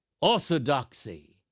orthodoxy